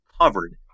covered